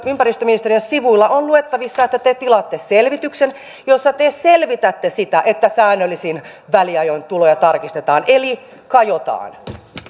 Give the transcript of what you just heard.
ympäristöministeriön sivuilla on luettavissa että te tilaatte selvityksen jossa te selvitätte sitä että säännöllisin väliajoin tuloja tarkistetaan eli kajotaan